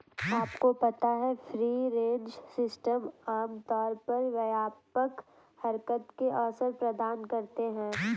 आपको पता है फ्री रेंज सिस्टम आमतौर पर व्यापक हरकत के अवसर प्रदान करते हैं?